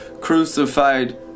crucified